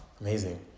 amazing